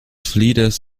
flieders